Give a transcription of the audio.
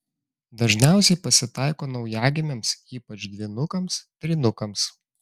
dažniausiai pasitaiko naujagimiams ypač dvynukams trynukams